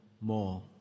more